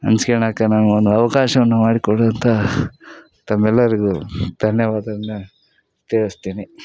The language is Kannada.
ಹಂಚ್ಕಣಕ ನಮ್ಗೆ ಒಂದು ಅವಕಾಶವನ್ನು ಮಾಡಿಕೊಟ್ಟಂಥ ತಮ್ಮೆಲ್ಲರಿಗೂ ಧನ್ಯವಾದವನ್ನು ತಿಳಿಸ್ತೀನಿ